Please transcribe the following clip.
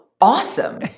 awesome